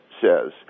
says